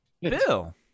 Bill